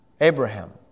Abraham